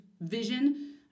vision